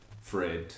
Fred